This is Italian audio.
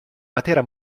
matera